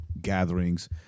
gatherings